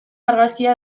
argazkia